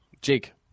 Jake